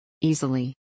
Easily